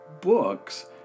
books